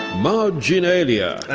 marginalia,